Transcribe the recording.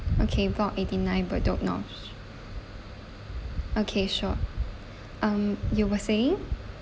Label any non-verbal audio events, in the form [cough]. okay block eighty nine bedok north okay sure [breath] um you were saying